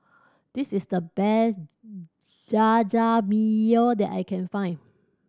this is the best Jajangmyeon that I can find